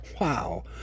Wow